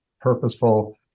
purposeful